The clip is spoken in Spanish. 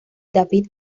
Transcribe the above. david